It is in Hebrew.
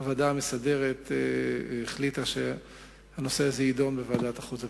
הוועדה המסדרת החליטה שהנושא הזה יידון בוועדת החוץ והביטחון.